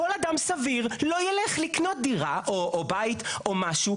כל אדם סביר לא ילך לקנות דירה או בית או משהו,